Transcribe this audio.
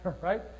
right